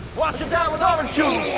wash it down with our shoes.